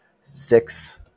six